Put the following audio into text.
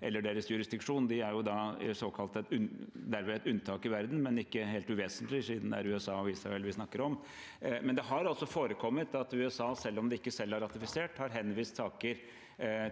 eller deres jurisdiksjon. De er derved et såkalt unntak i verden, men ikke helt uvesentlig siden det er USA og Israel vi snakker om. Det har forekommet at USA, selv om de ikke selv har ratifisert, har henvist saker